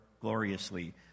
gloriously